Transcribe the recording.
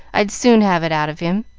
i'd soon have it out of him.